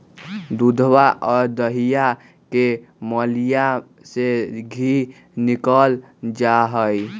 दूधवा और दहीया के मलईया से धी निकाल्ल जाहई